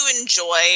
enjoy